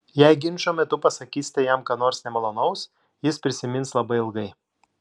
jei ginčo metu pasakysite jam ką nors nemalonaus jis prisimins labai ilgai